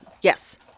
yes